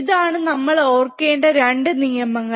ഇതാണ് നമ്മൾ ഓർമിക്കേണ്ട രണ്ട് നിയമങ്ങൾ